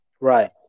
Right